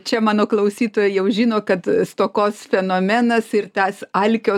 čia mano klausytojai jau žino kad stokos fenomenas ir tas alkio